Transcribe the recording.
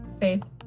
faith